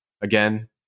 again